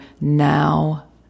now